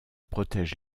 protège